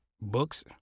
books